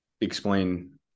explain